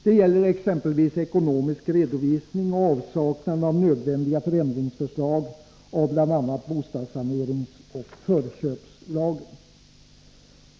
Det gäller exempelvis den ekonomiska redovisningen och avsaknaden av nödvändiga förändringsförslag beträffande bl.a. bostadssaneringsoch förköpslagen.